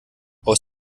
aus